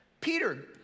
Peter